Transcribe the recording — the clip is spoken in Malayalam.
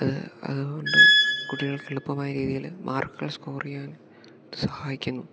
അത് അതുകൊണ്ട് കുട്ടികൾക്ക് എളുപ്പമായ രീതിയിൽ മാർക്കുകൾ സ്കോറ് ചെയ്യാൻ സഹായിക്കുന്നു